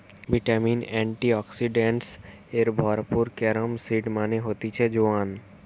vitamin, antioxidants এ ভরপুর carom seed মানে হতিছে জোয়ান